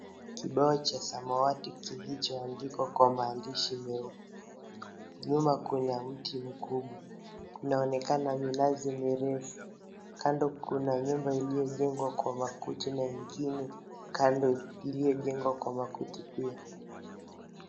Kibao cha samawati, kilichoandikwa kwa maandishi meupe, nyuma kuna mti mkubwa, inaonekana minazi mirefu, kando kuna nyumba iliyojengwa kwa makuti, na nyingine kando iliyojengwa kwa makuti pia.